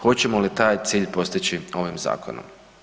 Hoćemo li taj cilj postići ovim zakonom?